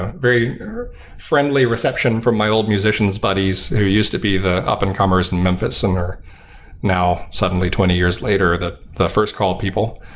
ah very friendly reception for my old musicians buddies who used to be the up and comers in and memphis, and they're now suddenly twenty years later the the first call people.